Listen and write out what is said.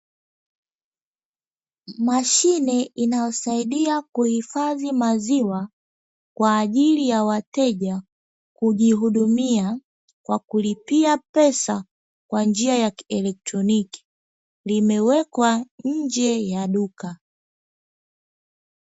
Mashine inayosaidia kuhifadhi maziwa kwa ajili ya wateja kujihudumia kwa kulipia pesa kwa njia ya electroniki, limewekwa nje ya duka.